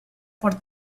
por